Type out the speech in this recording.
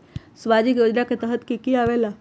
समाजिक योजना के तहद कि की आवे ला?